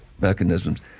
mechanisms